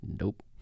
nope